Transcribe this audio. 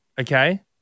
Okay